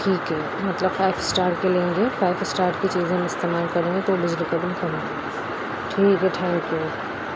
ٹھیک ہے مطلب فائیو اسٹار کے لیں گے فائیو اسٹار کی چیزیں ہم استعمال کریں گے تو بجلی کا بل کم آئے گا ٹھیک ہے ٹھینک یو